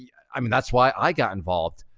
yeah i mean, that's why i got involved.